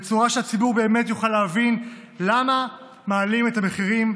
בצורה שהציבור באמת יוכל להבין למה מעלים את המחירים,